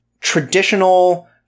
traditional